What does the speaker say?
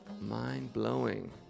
mind-blowing